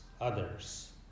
others